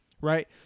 right